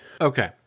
Okay